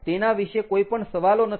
તેના વિશે કોઈ પણ સવાલો નથી